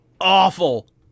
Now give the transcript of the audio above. Awful